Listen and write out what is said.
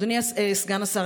אדוני סגן השר,